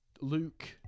Luke